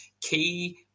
key